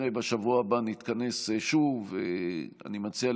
בעד, ואת קולו של חבר הכנסת כסיף, נגד, אני מניח.